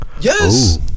yes